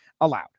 allowed